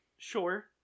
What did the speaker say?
Sure